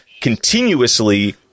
continuously